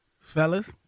Fellas